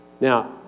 Now